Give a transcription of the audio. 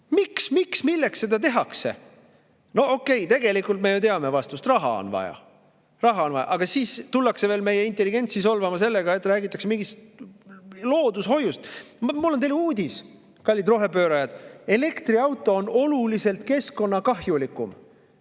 Miks, miks, milleks seda tehakse? No okei, tegelikult me ju teame vastust: raha on vaja. Raha on vaja. Aga siis tullakse veel meie intelligentsi solvama sellega, et räägitakse mingist loodushoiust. Mul on teile uudis, kallid rohepöörajad: elektriauto on oluliselt keskkonnakahjulikum